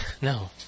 No